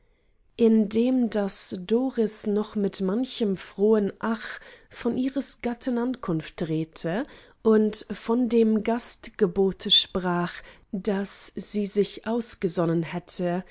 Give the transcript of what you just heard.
indem daß doris noch mit manchem frohen ach von ihres gatten ankunft redte und von dem gastgebote sprach das sie sich ausgesonnen hätte